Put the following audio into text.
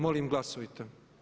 Molim glasujte.